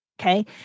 okay